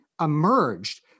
emerged